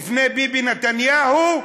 ביבי נתניהו,